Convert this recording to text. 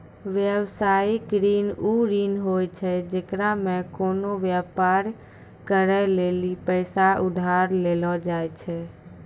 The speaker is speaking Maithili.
व्यवसायिक ऋण उ ऋण होय छै जेकरा मे कोनो व्यापार करै लेली पैसा उधार लेलो जाय छै